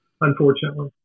unfortunately